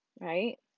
right